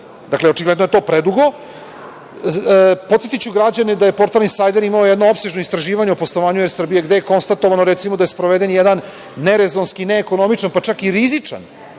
Dakle, očigledno je to predugo. Podsetiću građane da je portal "Insajder" imao jedno opsežno istraživanje o poslovanju "Er Srbije" gde je konstatovano, recimo, da je sproveden jedan nerezonski, neekonomičan, pa čak i rizičan